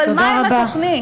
אבל מה עם התוכנית?